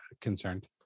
concerned